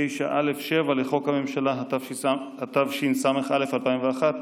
לסעיף 9(א)(7) לחוק הממשלה, התשס"א 2001,